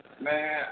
Man